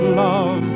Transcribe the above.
love